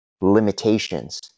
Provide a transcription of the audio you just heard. limitations